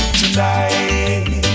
tonight